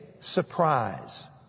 surprise